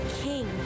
king